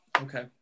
okay